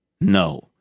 No